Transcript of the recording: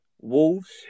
Wolves